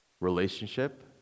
relationship